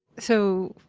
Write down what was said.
so,